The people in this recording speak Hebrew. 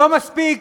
לא מספיק